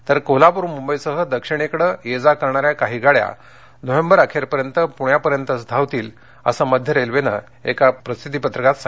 तर कोल्हापूर मुंबईसह दक्षिणेकडे ये जा करणाऱ्या काही गाड्या नोव्हेंबर अखेरपर्यंत पूण्यापर्यंतच धावतील असं मध्य रेल्वेनं एका प्रसिद्धी पत्रकात आहे